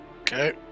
Okay